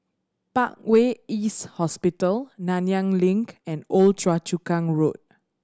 Parkway East Hospital Nanyang Link and Old Choa Chu Kang Road